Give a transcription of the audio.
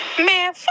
Man